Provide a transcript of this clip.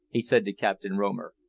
he said to captain romer.